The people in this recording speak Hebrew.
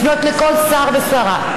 לפנות לכל שר ושרה,